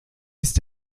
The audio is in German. ist